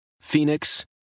Phoenix